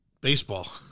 baseball